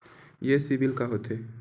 ये सीबिल का होथे?